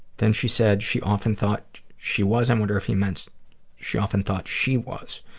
then she said she often thought she was. i wonder if he meant she often thought she was.